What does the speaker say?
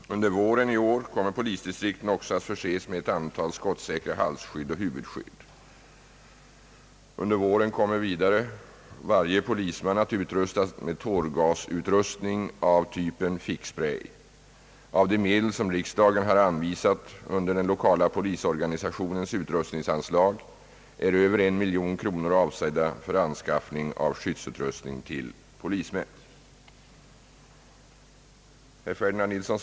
Under våren 1968 kommer polisdistrikten också att förses med ett antal skottsäkra halsskydd och huvudskydd. Under våren kommer också varje polis man att utrustas med tårgasutrustning av typen »fickspray». Av de medel som riksdagen har anvisat under den lokala polisorganisationens utrustningsanslag är över 1 milj.kr. avsedda för anskaffning av skyddsutrustning till polismän.